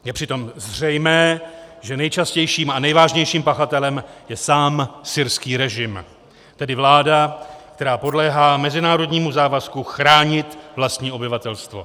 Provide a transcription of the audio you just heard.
Je přitom zřejmé, že nejčastějším a nejvážnějším pachatelem je sám syrský režim, tedy vláda, která podléhá mezinárodnímu závazku chránit vlastní obyvatelstvo.